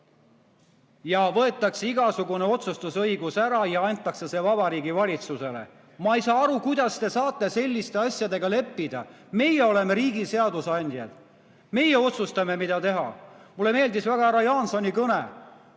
ja võetakse igasugune otsustusõigus ära ja antakse see Vabariigi Valitsusele. Ma ei saa aru, kuidas te saate selliste asjadega leppida! Meie oleme riigi seadusandjad, meie otsustame, mida teha. Mulle meeldis väga härra Jaansoni kõne.